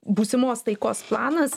būsimos taikos planas